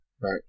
Right